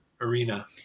arena